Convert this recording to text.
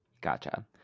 Gotcha